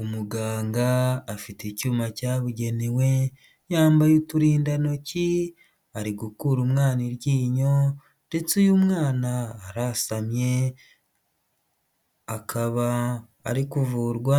Umuganga afite icyuma cyabugenewe yambaye uturindantoki ari gukura umwana iryinyo ndetse uyu mwana arasanmye akaba ari kuvurwa